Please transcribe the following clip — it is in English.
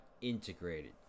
integrated